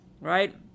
Right